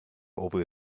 over